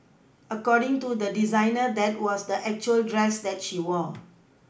according to the designer that was the actual dress that she wore